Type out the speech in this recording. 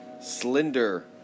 slender